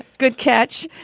good catch.